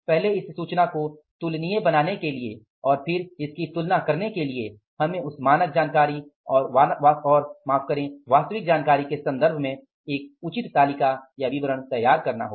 पहले इस सूचना को तुलनीय बनाने के लिए और फिर इसकी तुलना करने के लिए हमें उस मानक जानकारी और वास्तविक जानकारी के सन्दर्भ में एक उचित तालिका तैयार करनी होगी